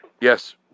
Yes